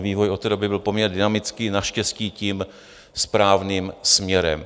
Vývoj od té doby byl poměrně dynamický, naštěstí tím správným směrem.